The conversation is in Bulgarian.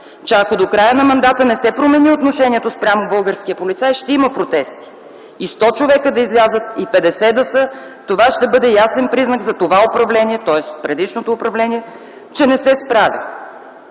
че ако до края на мандата не се промени отношението спрямо българския полицай, ще има протести. И 100 човека да излязат, и 50 да са, това ще бъде ясен признак за това управление, тоест предишното, че не се справя.